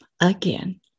again